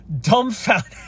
dumbfounded